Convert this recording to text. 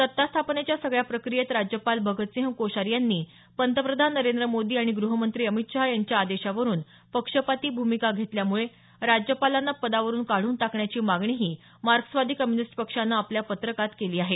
सत्ता स्थापनेच्या सगळ्या प्रक्रियेत राज्यपाल भगतसिंह कोश्यारी यांनी पंतप्रधान नरेंद्र मोदी आणि ग्रहमंत्री अमित शहा यांच्या आदेशावरुन पक्षपाती भूमिका घेतल्यामुळे राज्यपालांना पदावरुन काढून टाकण्याची मागणीही मार्क्सवादी कम्युनिस्ट पक्षानं आपल्या पत्रकात केली आहे